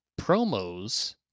promos